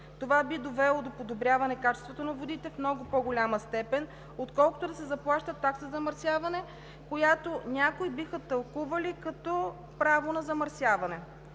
Това би довело до подобряване качеството на водите в много по-голяма степен, отколкото да се заплаща такса замърсяване, която някои биха тълкували като право на замърсяване.